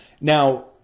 Now